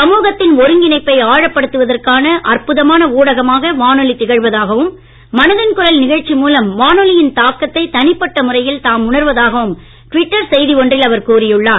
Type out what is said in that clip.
சமூகத்தின் ஒருங்கிணைப்பை ஆழப்படுத்துவதற்கான அற்புதமான ஊடகமாக வானொலி திகழ்வதாகவும் மனதின் குரல் நிகழ்ச்சி மூலம் வானொலியின் தாக்கத்தை தனிப்பட்ட முறையில் தாம் உணர்வதாகவும் ட்விட்டர் செய்தி ஒன்றில் அவர் கூறியுள்ளார்